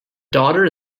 daughter